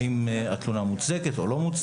האם התלונה מוצדקת או לא,